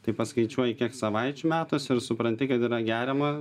tai paskaičiuoji kiek savaičių metuose ir supranti kad yra geriama